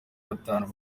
batanu